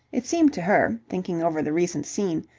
it seemed to her, thinking over the recent scene,